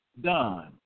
done